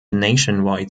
nationwide